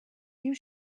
you